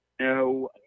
No